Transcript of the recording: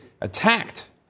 attacked